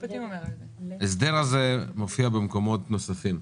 ההסדר הזה מופיע במקומות נוספים.